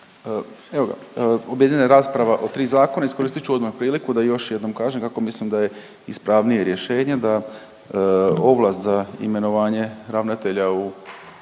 Evo ga, objedinjena je rasprava o 3 zakona, iskoristit ću odmah priliku da još jednom kažem kako mislim da je ispravnije rješenje da ovlast za imenovanje ravnatelja u